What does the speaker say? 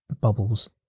bubbles